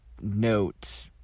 note